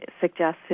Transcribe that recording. suggested